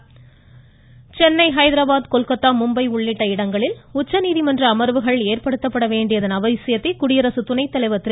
வெங்கய்ய நாயுடு சென்னை ஹைதராபாத் கொல்கத்தா மும்பை உள்ளிட்ட இடங்களில் உச்சநீதிமன்ற அமர்வுகள் ஏற்படுத்தப்பட வேண்டியதன் அவசியத்தை குடியரசு துணைத்தலைவர் திரு